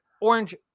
Orange